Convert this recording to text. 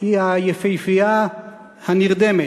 היא היפהפייה הנרדמת,